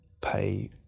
pay